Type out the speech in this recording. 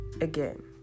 again